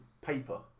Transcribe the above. paper